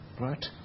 Right